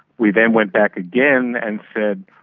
we then went back again and said,